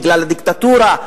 בגלל הדיקטטורה.